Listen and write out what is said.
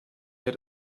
had